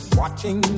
watching